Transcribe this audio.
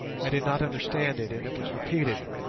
i did not understand it, and it was repeated.